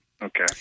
Okay